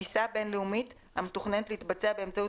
(1) בטיסה בין-לאומית המתוכננת להתבצע באמצעות